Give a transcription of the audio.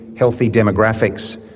healthy demographics,